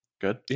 good